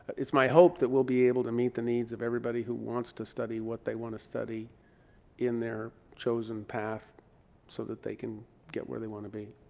it's my hope that we'll be able to meet the needs of everybody who wants to study what they want to study in their chosen path so that they can get where they want to be.